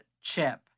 chip